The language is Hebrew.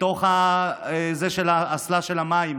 בתוך האסלה, במים.